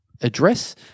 address